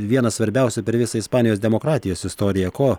vienas svarbiausių per visą ispanijos demokratijos istoriją ko